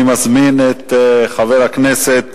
אני מזמין את חבר הכנסת